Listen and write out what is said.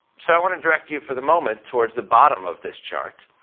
so i want to direct you for the moment towards the bottom of this chart,